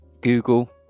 Google